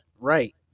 Right